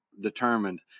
determined